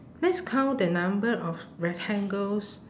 please count the number of rectangles